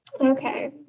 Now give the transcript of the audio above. okay